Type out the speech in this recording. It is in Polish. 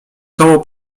koło